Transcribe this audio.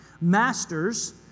Masters